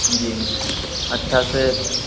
जी अच्छा से